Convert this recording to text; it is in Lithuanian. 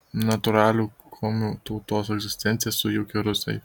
natūralią komių tautos egzistenciją sujaukė rusai